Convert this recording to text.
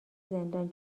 زندان